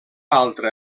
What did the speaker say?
altra